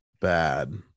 bad